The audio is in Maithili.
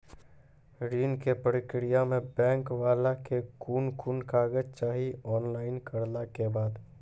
ऋण के प्रक्रिया मे बैंक वाला के कुन कुन कागज चाही, ऑनलाइन करला के बाद?